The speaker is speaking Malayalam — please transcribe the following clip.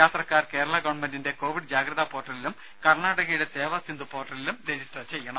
യാത്രക്കാർ കേരള ഗവൺമെന്റിന്റെ കോവിഡ് ജാഗ്രത പോർട്ടലിലും കർണാടകയുടെ സേവ സിന്ധു പോർട്ടലിലും രജിസ്റ്റർ ചെയ്യണം